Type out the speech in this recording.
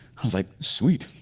i was like, sweet.